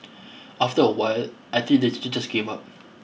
after a while I think the teachers just gave up